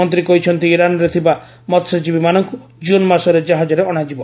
ମନ୍ତ୍ରୀ କହିଛନ୍ତି ଇରାନ୍ରେ ଥିବା ମହ୍ୟଜୀବୀମାନଙ୍କୁ ଜୁନ୍ ମାସରେ କାହାଜରେ ଅଣାଯିବ